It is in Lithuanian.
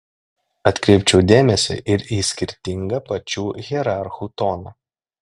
atkreipčiau dėmesį ir į skirtingą pačių hierarchų toną